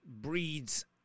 breeds